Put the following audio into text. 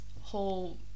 whole